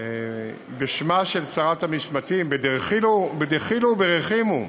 בשמה של שרת המשפטים, בדחילו ורחימו,